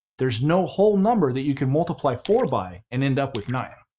there's no whole number that you can multiply four by and end up with nine.